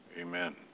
amen